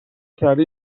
کردی